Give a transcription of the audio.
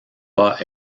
pas